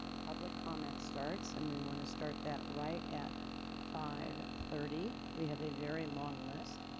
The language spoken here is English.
public comment starts and we want to start that right at five thirty. we have a very long list.